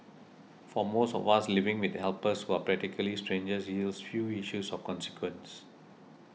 for most of us living with helpers who are practically strangers yields few issues of consequence